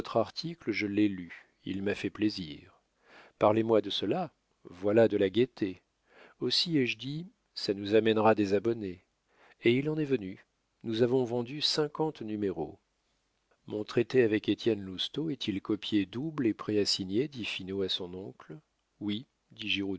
article je l'ai lu il m'a fait plaisir parlez-moi de cela voilà de la gaieté aussi ai-je dit ça nous amènera des abonnés et il en est venu nous avons vendu cinquante numéros mon traité avec étienne lousteau est-il copié double et prêt à signer dit finot à son oncle oui